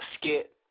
skit